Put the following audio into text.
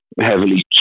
heavily